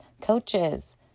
coaches